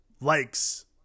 likes